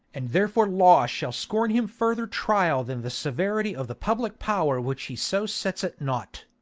and therefore law shall scorn him further trial than the severity of the public power, which he so sets at nought.